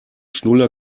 schnuller